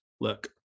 look